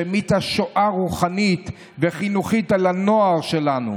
שהמיטה שואה רוחנית וחינוכית על הנוער שלנו